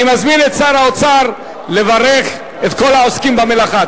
אני מזמין את שר האוצר לברך את כל העוסקים במלאכה.